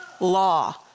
Law